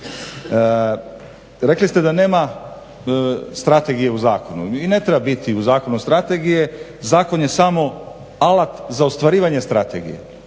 Rekli ste da nema strategije u zakonu? I ne treba biti u zakonu strategije, zakon je samo alat za ostvarivanje strategije.